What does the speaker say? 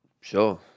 Sure